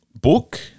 book